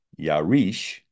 Yarish